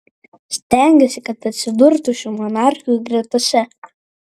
stengėsi kad atsidurtų šių monarchių gretose